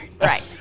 Right